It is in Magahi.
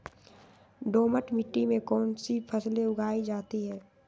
दोमट मिट्टी कौन कौन सी फसलें उगाई जाती है?